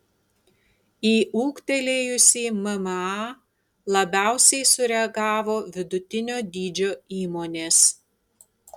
į ūgtelėjusį mma labiausiai sureagavo vidutinio dydžio įmonės